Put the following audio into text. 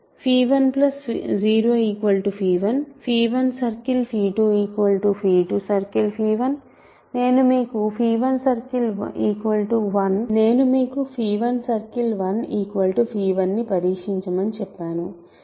1 0 1 one circle 2 two circle 1 నేను మీకు one circle 1 1ని పరీక్షించమని చెప్పాను